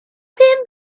thin